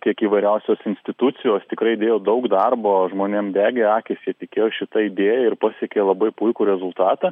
tiek įvairiausios institucijos tikrai dėjo daug darbo žmonėm degė akys jie tikėjo šita idėja ir pasiekė labai puikų rezultatą